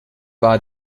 war